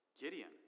Gideon